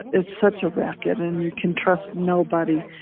it's such a racket and you can trust nobody.